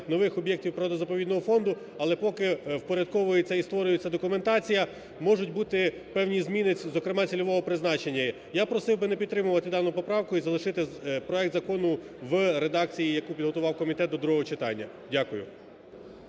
нових об'єктів природно-заповідного фонду, але поки впорядковується і створюється документація можуть бути певні зміни, зокрема, цільового призначення. Я просив би не підтримувати дану поправку і залишити проект закону в редакції, яку підготував комітет до другого читання. Дякую.